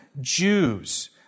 Jews